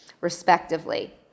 respectively